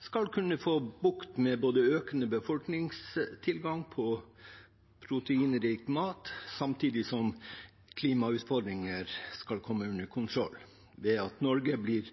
skal kunne sikre en økende befolkning tilgang på proteinrik mat, samtidig som klimautfordringer skal komme under kontroll ved at Norge blir